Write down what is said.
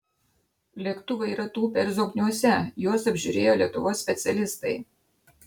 lėktuvai yra tūpę ir zokniuose juos apžiūrėjo lietuvos specialistai